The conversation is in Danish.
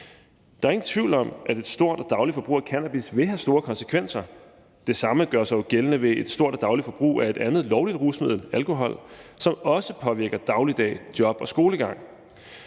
Der er ingen tvivl om, at et stort og dagligt forbrug af cannabis vil have store konsekvenser. Det samme gør sig jo gældende ved et stort og dagligt forbrug af et andet lovligt rusmiddel, alkohol, som også påvirker dagligdag, job og skolegang.